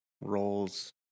roles